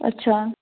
अच्छा